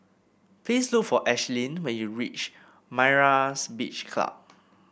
please look for Ashlyn when you reach Myra's Beach Club